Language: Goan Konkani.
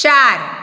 चार